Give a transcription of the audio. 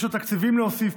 יש עוד תקציבים להוסיף,